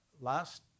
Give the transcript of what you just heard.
last